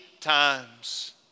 times